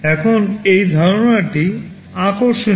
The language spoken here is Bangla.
এখন এই ধারণাটি আকর্ষণীয়